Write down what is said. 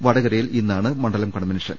വടകര യിൽ ഇന്നാണ് മണ്ഡലം കൺവെൻഷൻ